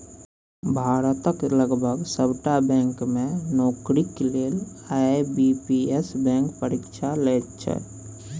भारतक लगभग सभटा बैंक मे नौकरीक लेल आई.बी.पी.एस बैंक परीक्षा लैत छै